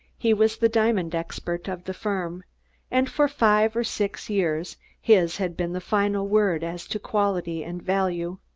he was the diamond expert of the firm and for five or six years his had been the final word as to quality and value.